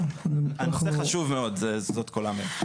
הנושא חשוב מאוד, זאת כל האמירה.